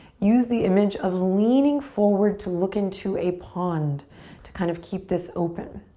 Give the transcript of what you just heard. use the image of leaning forward to look into a pond to kind of keep this open.